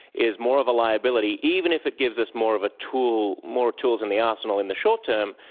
is more of a liability, even if it gives us more of a tool, more tools in the arsenal in the short term,